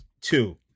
two